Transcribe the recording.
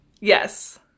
yes